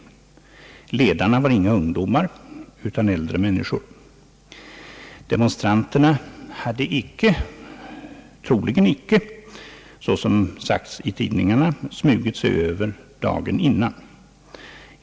Ledarna var inga ungdomar utan äldre personer. Demonstranterna hade troligen icke såsom sagts i tidningarna smugit sig över redan dagen innan.